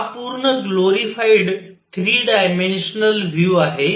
हा पूर्ण glorified 3 dimensional view आहे